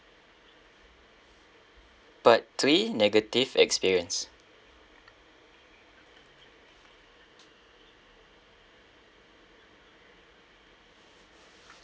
part three negative experience